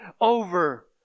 over